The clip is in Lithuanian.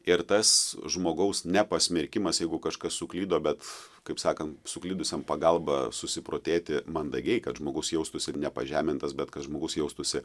ir tas žmogaus nepasmerkimas jeigu kažkas suklydo bet kaip sakant suklydusiam pagalba susiprotėti mandagiai kad žmogus jaustųsi nepažemintas bet kad žmogus jaustųsi